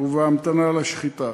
ובהמתנה לשחיטה,